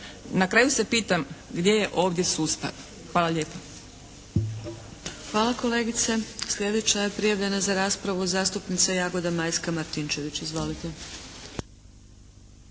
Na kraju se pitam gdje je ovdje sustav. Hvala lijepa. **Adlešič, Đurđa (HSLS)** Hvala kolegice. Sljedeća je prijavljena za raspravu zastupnica Jagoda Majska Martinčević. Izvolite.